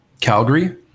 calgary